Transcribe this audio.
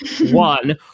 one